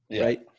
right